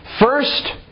First